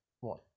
one